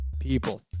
people